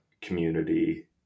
community